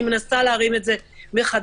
אני מנסה להרים את זה מחדש.